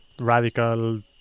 radical